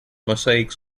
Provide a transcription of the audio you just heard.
mosaics